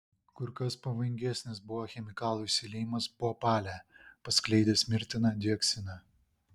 kur kas pavojingesnis buvo chemikalų išsiliejimas bhopale paskleidęs mirtiną dioksiną